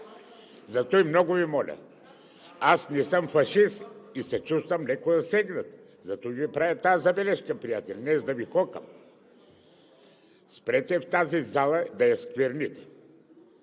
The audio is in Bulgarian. Затова много Ви моля, аз не съм фашист и се чувствам леко засегнат. Затова Ви правя тази забележка, приятели, не за да Ви хокам. Спрете тази зала да я скверните.